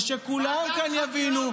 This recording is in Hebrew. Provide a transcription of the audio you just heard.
ושכולם כאן יבינו,